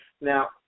Now